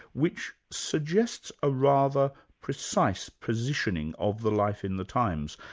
which suggests a rather precise positioning of the life in the times.